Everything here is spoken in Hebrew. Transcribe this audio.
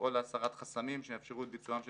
לפעול להסרת חסמים שיאפשרו את ביצועם של